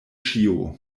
ĉio